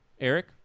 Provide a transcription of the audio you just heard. Eric